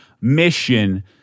mission